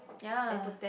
ya